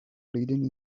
leading